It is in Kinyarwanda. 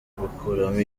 gukuramo